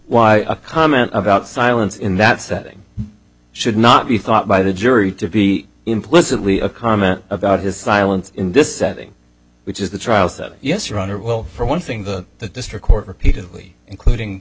why a comment about silence in that setting should not be thought by the jury to be implicitly a comment about his silence in this setting which is the trial said yes your honor well for one thing the district court repeatedly including